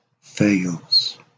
fails